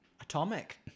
Atomic